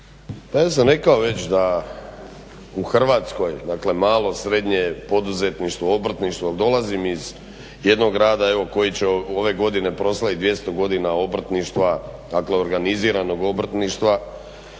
ja sam rekao već da u Hrvatskoj, dakle malo srednje poduzetništvo, obrtništvo jer dolazim iz jednog grada evo koji će ove godine proslaviti 200 godina obrtništva, dakle organiziranog obrtništva,